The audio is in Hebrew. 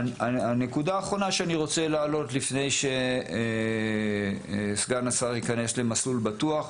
הנקודה האחרונה שאני רוצה להעלות לפני שסגן השר ייכנס ל"מסלול בטוח",